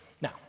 Now